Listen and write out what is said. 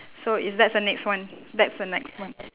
so it's that's the next one that's the next one